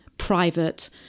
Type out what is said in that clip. private